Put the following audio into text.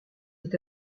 est